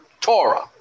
Torah